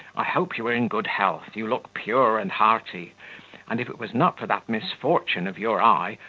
i hope you are in good health you look pure and hearty and if it was not for that misfortune of your eye,